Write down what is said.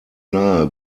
nahe